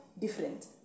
different